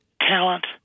talent